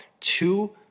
two